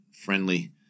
friendly